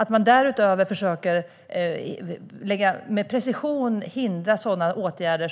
Att man därutöver försöker att med precision hindra sådana åtgärder